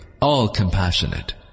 all-compassionate